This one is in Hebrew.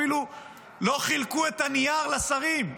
אפילו לא חילקו את הנייר לשרים,